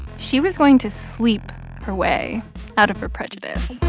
she was going to sleep her way out of her prejudice